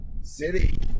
city